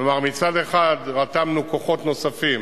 כלומר, מצד אחד רתמנו כוחות נוספים